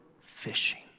fishing